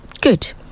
Good